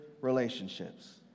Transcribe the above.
relationships